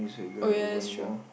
oh ya that's true